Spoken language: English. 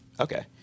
Okay